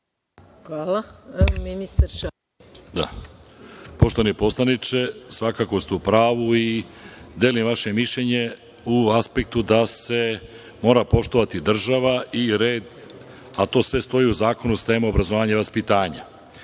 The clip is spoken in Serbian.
**Mladen Šarčević** Poštovani poslaniče, svakako ste u pravu i delim vaše mišljenje u aspektu da se mora poštovati država i red, a to sve stoji u Zakonu o sistemu obrazovanja i vaspitanja. Ovde